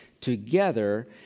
together